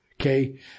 Okay